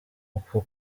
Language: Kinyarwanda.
uku